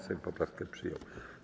Sejm poprawkę przyjął.